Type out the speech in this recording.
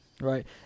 right